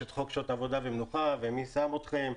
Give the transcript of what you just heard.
יש את חוק שעות עבודה ומנוחה ומי שם אתכם,